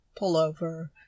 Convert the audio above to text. pullover